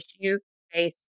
issue-based